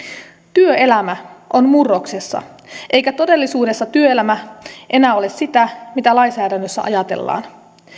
työelämä on murroksessa eikä todellisuudessa työelämä enää ole sitä mitä lainsäädännössä ajatellaan